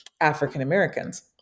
African-Americans